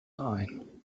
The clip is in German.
ein